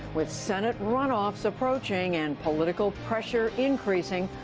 with senate run-offs approaching and political pressure increasing,